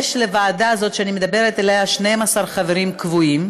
יש לוועדה הזאת שאני מדברת עליה 12 חברים קבועים,